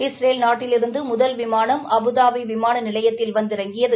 Israel நாட்டிலிருந்து முதல் விமானம் அபுதாபி விமான நிலையத்தில் வந்திறங்கியது